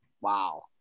Wow